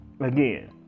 again